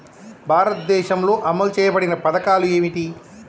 భారతదేశంలో అమలు చేయబడిన పథకాలు ఏమిటి?